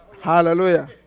Hallelujah